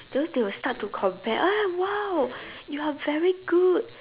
those they will start to compare oh !wow! you are very good